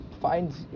finds